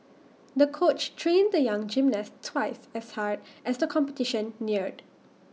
the coach trained the young gymnast twice as hard as the competition neared